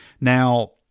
Now